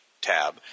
tab